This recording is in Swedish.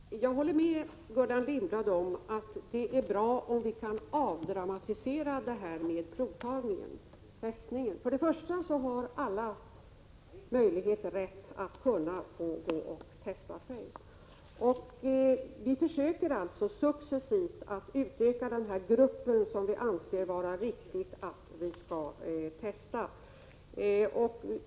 Herr talman! Jag håller med Gullan Lindblad om att det är bra om testningen kan avdramatiseras. Alla har rätt och möjlighet att låta testa sig, och vi försöker alltså i aidsdelegationen successivt utöka den grupp som vi anser bör testas.